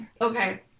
Okay